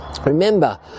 remember